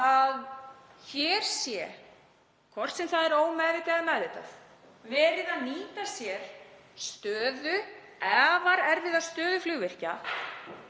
að hér sé, hvort sem það er ómeðvitað eða meðvitað, verið að nýta sér afar erfiða stöðu flugvirkja